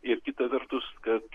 ir kita vertus kad